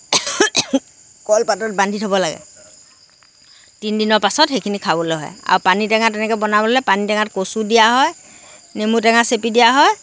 কলপাতত বান্ধি থ'ব লাগে তিনিদিনৰ পাছত সেইখিনি খাবলৈ হয় আৰু পানীটেঙা তেনেকৈ বনাবলৈ হ'লে পানীটেঙাত কচু দিয়া হয় নেমু টেঙা চেপি দিয়া হয়